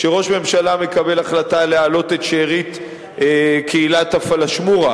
כשראש הממשלה מקבל החלטה להעלות את שארית קהילת הפלאשמורה,